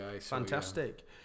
Fantastic